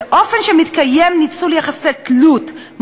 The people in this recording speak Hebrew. באופן שמתקיים ניצול יחסי תלות,